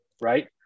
Right